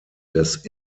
des